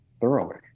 thoroughly